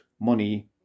money